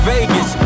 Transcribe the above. Vegas